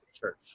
church